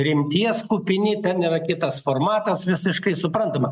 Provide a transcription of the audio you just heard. rimties kupini ten yra kitas formatas visiškai suprantama